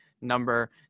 number